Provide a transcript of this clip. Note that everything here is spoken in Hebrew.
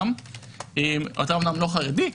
אתה אמנם לא חרדי,